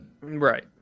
right